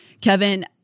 Kevin